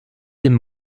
den